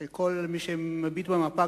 שכל מי שמביט במפה,